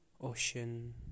ocean